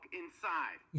inside